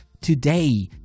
today